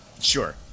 Sure